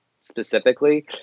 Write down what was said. specifically